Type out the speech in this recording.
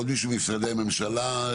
עוד מישהו ממשרדי הממשלה?